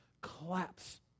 collapse